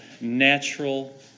natural